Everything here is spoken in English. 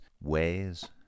ways